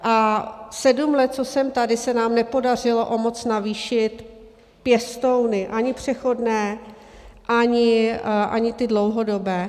A sedm let, co jsem tady, se nám nepodařilo o moc navýšit pěstouny ani přechodné, ani ty dlouhodobé.